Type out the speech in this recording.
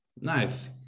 Nice